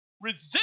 Resist